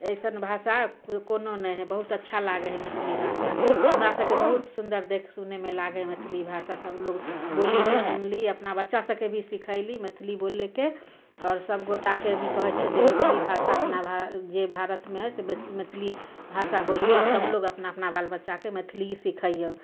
अइसन भाषा कोनो नहि हइ बहुत अच्छा लागै हइ मैथिली भाषा हमरासभकेँ बहुत सुन्दर देखै सुनैमे लागै हइ मैथिली भाषा सभलोक बोलली सुनली अपना बच्चासभकेँ भी सिखैली मैथिली बोलैके आओर सभगोटाकेँ भी कहै छिए जे मैथिली भाषा अपना भा जे भारतमे हइ से बेसी मैथिली भाषा बोलिऔ आओर सभ लोक अपना अपना बाल बच्चाकेँ मैथिली सिखैऔ